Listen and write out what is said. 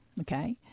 Okay